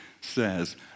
says